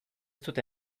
dute